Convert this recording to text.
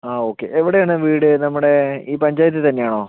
ആ ഓക്കെ എവിടെ ആണ് വീട് നമ്മുടെ ഈ പഞ്ചായത്ത് തന്നെ ആണോ